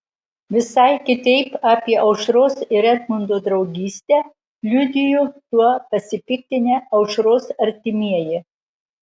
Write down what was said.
visai kitaip apie aušros ir edmundo draugystę liudijo tuo pasipiktinę aušros artimieji